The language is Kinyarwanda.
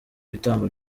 ibitambo